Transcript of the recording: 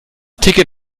ticket